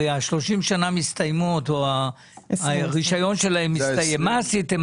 הרי 30 שנה מסתיימות, הרישיון שלהן מסתיים.